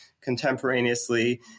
contemporaneously